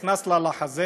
נכנס לה לחזה,